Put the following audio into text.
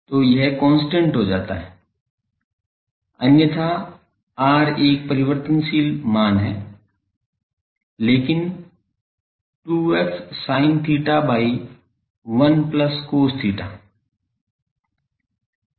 तो यह कांस्टेंट हो जाता है अन्यथा r एक परिवर्तनशील है लेकिन 2f sin theta by 1 plus cos theta